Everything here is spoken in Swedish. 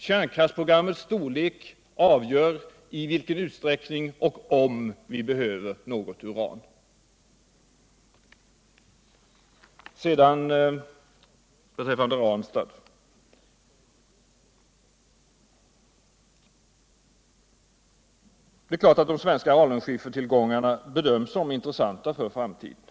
Kärnkraftsprogrammets storlek avgör i vilken utsträckning — och om — vi behöver något uran. Beträffande Ranstad är det klan att de svenska alunskiffenillgångarna bedöms som intressanta för framtiden.